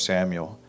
Samuel